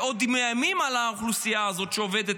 ועוד מאיימים על האוכלוסייה הזאת שעובדת